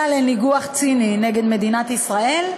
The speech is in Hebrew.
אלא לניגוח ציני נגד מדינת ישראל,